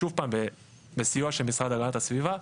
שוב פעם בסיוע של המשרד להגנת הסביבה.